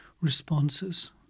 responses